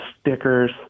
stickers